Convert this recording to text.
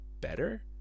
better